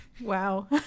Wow